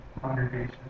congregation